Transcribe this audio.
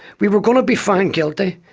we were going to be found guilty.